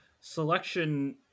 selection